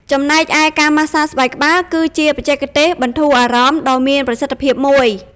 ចំណែកឯ ការម៉ាស្សាស្បែកក្បាល គឺជាបច្ចេកទេសបន្ធូរអារម្មណ៍ដ៏មានប្រសិទ្ធភាពមួយ។